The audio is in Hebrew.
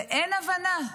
ואין הבנה.